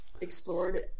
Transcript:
explored